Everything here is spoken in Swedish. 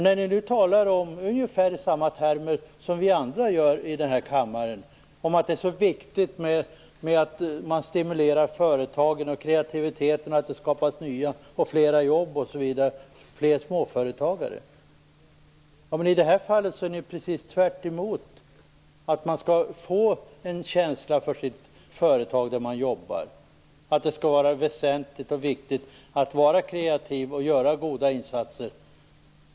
Nu talar ni i ungefär samma termer som vi andra här i kammaren och säger att det är så viktigt att man stimulerar företagen och kreativiteten och att det skapas nya jobb och blir fler småföretagare. Men i det här fallet verkar ni ju tvärtemot det: att arbetstagarna skall få en känsla för det företag där de jobbar, att det skall vara viktigt att vara kreativ och göra goda insatser.